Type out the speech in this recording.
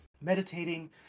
meditating